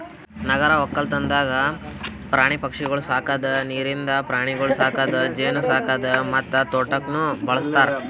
ನಗರ ಒಕ್ಕಲ್ತನದಾಗ್ ಪ್ರಾಣಿ ಪಕ್ಷಿಗೊಳ್ ಸಾಕದ್, ನೀರಿಂದ ಪ್ರಾಣಿಗೊಳ್ ಸಾಕದ್, ಜೇನು ಸಾಕದ್ ಮತ್ತ ತೋಟಕ್ನ್ನೂ ಬಳ್ಸತಾರ್